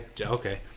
okay